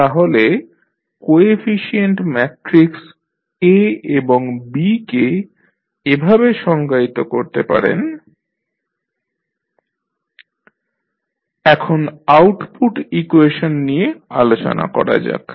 তাহলে coefficient matrix A এবং B কে এভাবে সংজ্ঞায়িত করতে পারেন a11 a12 a1n a21 a22 a2n ⋮⋱ an1 an2 ann n×n Bb11 b12 b1p b21 b22 b2p ⋮⋱ bn1 bn2 bnp n×p এখন আউটপুট ইকুয়েশন নিয়ে আলোচনা করা যাক